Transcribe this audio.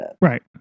right